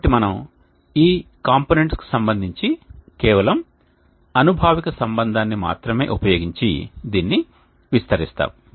కాబట్టి మనము ఈ కాంపోనెంట్స్ కి సంబంధించి కేవలం అనుభావిక సంబంధాన్ని మాత్రమే ఉపయోగించి దీన్ని విస్తరిస్తాము